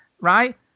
right